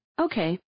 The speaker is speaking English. Okay